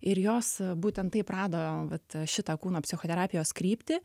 ir jos a būtent taip rado vat šitą kūno psichoterapijos kryptį